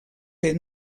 fer